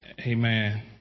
Amen